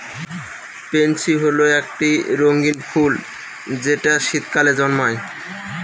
pansy হল একটি রঙ্গীন ফুল যেটা শীতকালে জন্মায়